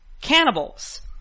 cannibals